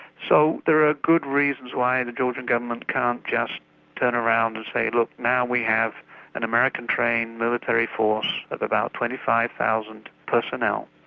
so there are good reasons why the georgian government can't just turn around and say, look, now we have an american-trained military force of about twenty five thousand personnel,